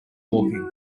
walking